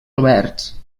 oberts